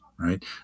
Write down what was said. right